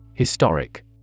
Historic